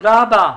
תודה רבה.